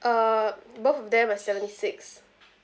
uh both of them are seventy six